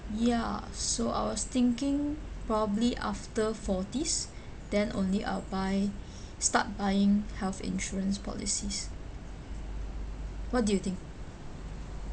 ya so I was thinking probably after forties then only I'll buy start buying health insurance policies what do you think